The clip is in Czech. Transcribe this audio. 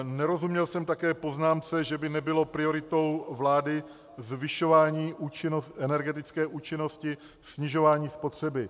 Nerozuměl jsem také poznámce, že by nebylo prioritou vlády zvyšování energetické účinnosti, snižování spotřeby.